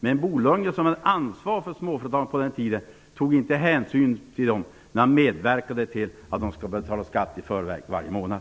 Men Bo Lundgren, som var ansvarig för småföretagarna på den tiden, tog inte hänsyn till dem när han medverkade till att de skulle börja betala skatt i förväg varje månad.